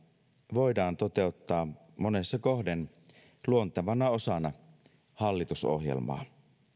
voidaan toteuttaa monessa kohden luontevana osana hallitusohjelmaa